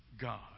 God